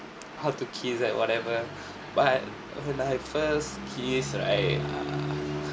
how to kiss like whatever but when I first kissed right err